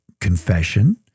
confession